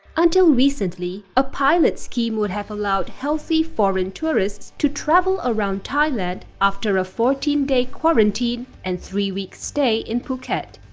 until recently, a pilot scheme would have allowed healthy foreign tourists to travel around thailand after a fourteen day quarantine and three-week stay in phuket.